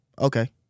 okay